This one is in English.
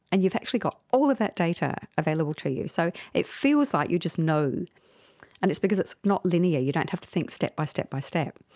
and you've actually got all of that data available to you. so it feels like you just know and it's because it's not linear, you don't have to think step by step by step.